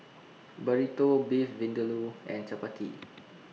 Burrito Beef Vindaloo and Chapati